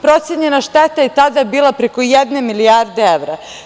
Procenjena šteta je tada bila preko jedne milijarde evra.